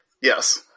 Yes